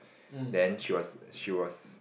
then she was she was